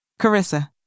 Carissa